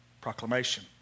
proclamation